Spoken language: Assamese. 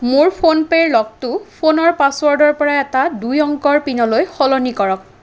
মোৰ ফোন পে'ৰ লকটো ফোনৰ পাছৱৰ্ডৰ পৰা এটা দুই অংকৰ পিনলৈ সলনি কৰক